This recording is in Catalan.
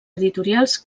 editorials